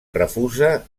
refusa